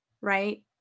right